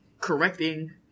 correcting